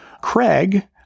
Craig